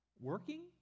working